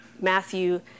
Matthew